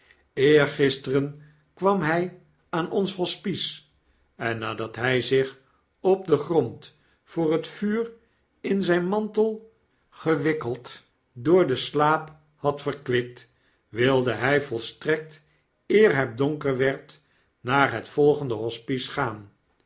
eergisteren kwam hy aan ons hospice en nadat hy zicb op den grond voor het vuur in zyn mantel gewikkeld door den slaap had verkwikt wilde hy volstrekt eer het donker werd naar het volgende hospice gaan